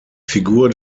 figur